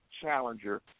challenger